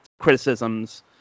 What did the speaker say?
criticisms